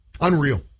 Unreal